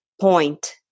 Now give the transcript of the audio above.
point